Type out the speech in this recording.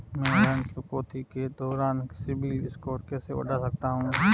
मैं ऋण चुकौती के दौरान सिबिल स्कोर कैसे बढ़ा सकता हूं?